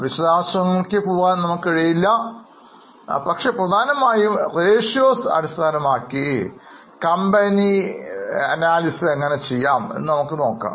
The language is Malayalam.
വിശദാംശങ്ങളിലേക്ക് പോകാൻ നമുക്ക് കഴിയില്ല പക്ഷേ പ്രധാനമായും അനുപാതങ്ങളെ അടിസ്ഥാനമാക്കി കമ്പനി വിശകലനം എങ്ങനെ ചെയ്യാം എന്ന് നമുക്ക് നോക്കാം